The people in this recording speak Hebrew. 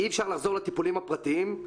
אי-אפשר לחזור לטיפולים הפרטיים,